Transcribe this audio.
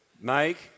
make